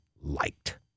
liked